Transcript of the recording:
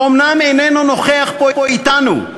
שאומנם איננו נוכח פה אתנו,